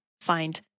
find